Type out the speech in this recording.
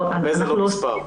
מספר.